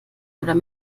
oder